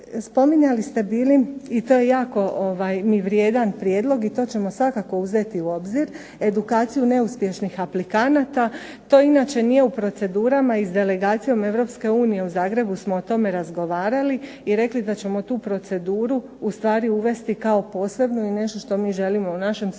Spominjali ste bili i to je jako mi vrijedan prijedlog i to ćemo svakako uzeti u obzir edukaciju neuspješnih aplikanata. To inače nije u procedurama i s delegacijom Europske unije u Zagrebu smo o tome razgovarali i rekli da ćemo tu proceduru u stvari uvesti kao posebnu i nešto što mi želimo u našem sustavu